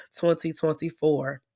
2024